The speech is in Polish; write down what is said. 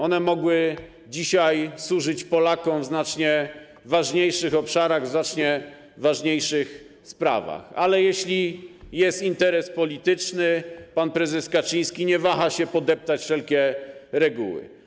One mogły dzisiaj służyć Polakom w znacznie ważniejszych obszarach, w znacznie ważniejszych sprawach, ale jeśli jest interes polityczny, pan prezes Kaczyński nie waha się podeptać wszelkich reguł.